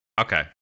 Okay